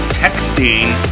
texting